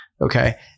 Okay